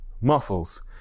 muscles